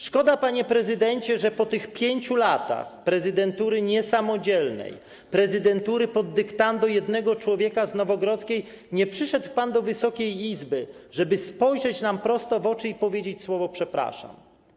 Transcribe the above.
Szkoda, panie prezydencie, że po tych 5 latach prezydentury niesamodzielnej, prezydentury pod dyktando jednego człowieka z Nowogrodzkiej nie przyszedł pan do Wysokiej Izby, żeby spojrzeć nam prosto w oczy i powiedzieć: przepraszam.